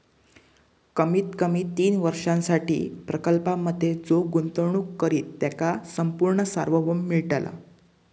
कमीत कमी तीन वर्षांसाठी प्रकल्पांमधे जो गुंतवणूक करित त्याका संपूर्ण सार्वभौम मिळतला